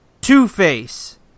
Two-Face